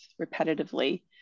repetitively